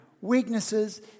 weaknesses